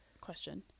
Question